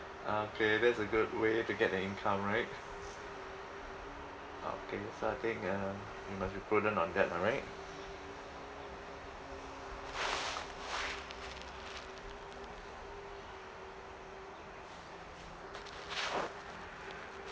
okay that's a good way to get an income right okay so I think uh you must be prudent on that lah right